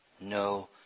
no